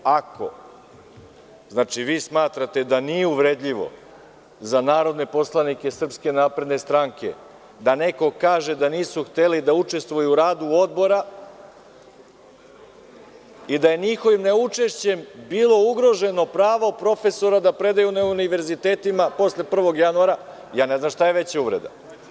Ako vi smatrate da nije uvredljivo za narodne poslanike SNS da neko ko kaže da nisu hteli da učestvuju u radu odbora i da je njihovim neučešćem bilo ugroženo pravo profesora da predaju na univerzitetima posle 1. januara, ne znam šta je veća uvreda.